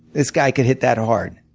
this guy could hit that hard.